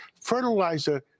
fertilizer